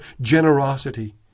generosity